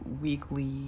weekly